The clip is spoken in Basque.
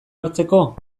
hartzeko